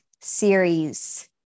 series